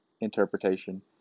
interpretation